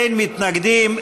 אין מתנגדים,